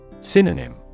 Synonym